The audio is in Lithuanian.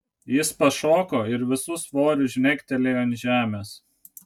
jis pašoko ir visu svoriu žnektelėjo ant žemės